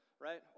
right